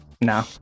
No